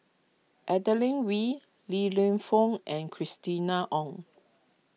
Adeline Ooi Li Lienfung and Christina Ong